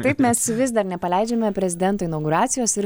taip mes vis dar nepaleidžiame prezidento inauguracijos ir